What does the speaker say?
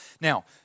Now